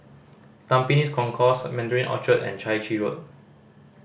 Tampines Concourse Mandarin Orchard and Chai Chee Road